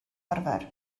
arfer